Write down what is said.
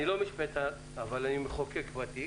אני לא משפטן אבל אני מחוקק ותיק,